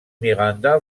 miranda